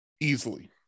easily